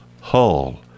hull